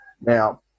Now